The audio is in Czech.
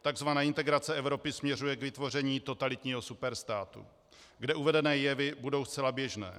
Takzvaná integrace Evropy směřuje k vytvoření totalitního superstátu, kde uvedené jevy budou zcela běžné.